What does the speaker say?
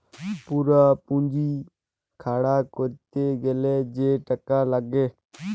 পুরা পুঁজি খাড়া ক্যরতে গ্যালে যে টাকা লাগ্যে